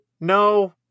no